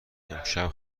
امشب